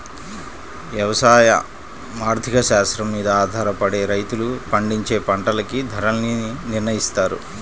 యవసాయ ఆర్థిక శాస్త్రం మీద ఆధారపడే రైతులు పండించే పంటలకి ధరల్ని నిర్నయిత్తారు